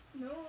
No